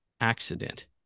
accident